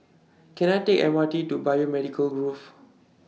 Can I Take M R T to Biomedical Grove